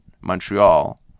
montreal